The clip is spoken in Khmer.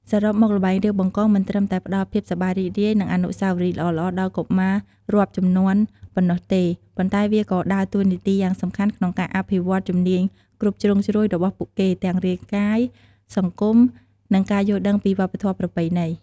សរុបមក ល្បែង រាវបង្កង មិនត្រឹមតែផ្តល់ភាពសប្បាយរីករាយ និងអនុស្សាវរីយ៍ល្អៗដល់កុមាររាប់ជំនាន់ប៉ុណ្ណោះទេ ប៉ុន្តែវាក៏ដើរតួនាទីយ៉ាងសំខាន់ក្នុងការអភិវឌ្ឍន៍ជំនាញគ្រប់ជ្រុងជ្រោយរបស់ពួកគេ ទាំងរាងកាយ សង្គម និងការយល់ដឹងពីវប្បធម៌ប្រពៃណី។